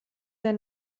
der